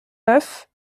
neuf